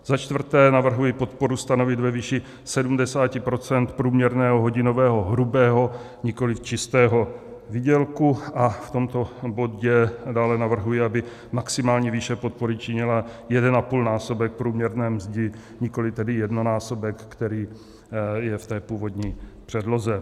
Za čtvrté navrhuji podporu stanovit ve výši 70 % průměrného hodinového hrubého, nikoliv čistého výdělku, a v tomto bodě dále navrhuji, aby maximální výše podpory činila 1,5násobek průměrné mzdy, nikoli tedy jednonásobek, který je v původní předloze.